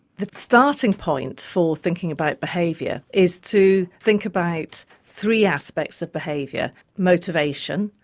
the starting point for thinking about behaviour is to think about three aspects of behaviour motivation,